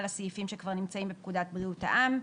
לסעיפים שכבר נמצאים בפקודת בריאות העם.